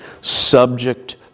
subject